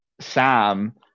Sam